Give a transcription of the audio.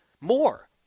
more